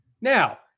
Now